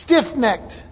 stiff-necked